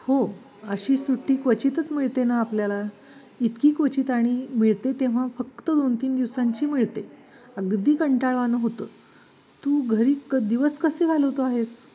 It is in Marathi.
हो अशी सुट्टी क्वचितच मिळते ना आपल्याला इतकी क्वचित आणि मिळते तेव्हा फक्त दोन तीन दिवसांची मिळते अगदी कंटाळवाणं होतं तू घरी क दिवस कसे घालवतो आहेस